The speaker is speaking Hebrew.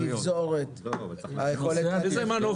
לא רק שהן לא נכונות,